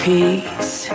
peace